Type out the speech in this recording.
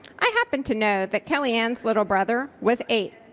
i happen to know that kelly ann's little brother was eight.